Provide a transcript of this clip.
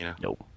nope